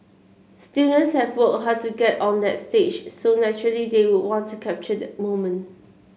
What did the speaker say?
students have worked hard to get on that stage so naturally they would want to capture the moment